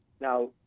Now